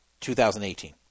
2018